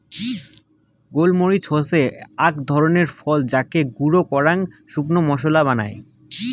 গোল মরিচ হসে আক ধরণের ফল যাকে গুঁড়ো করাং শুকনো মশলা বানায়